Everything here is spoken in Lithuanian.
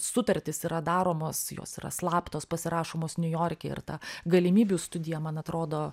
sutartys yra daromos jos yra slaptos pasirašomos niujorke ir ta galimybių studija man atrodo